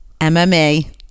MMA